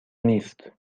نیست